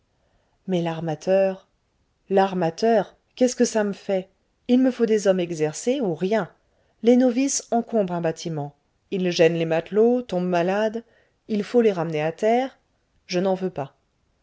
mais l'armateur l'armateur qu'est-ce que ça me fait il me faut des hommes exercés ou rien les novices encombrent un bâtiment ils gênent les matelots tombent malades il faut les ramener à terre je n'en veux pas